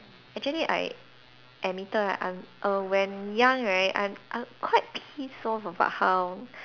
actually I admitted like I'm err when young right I I quite pissed off about how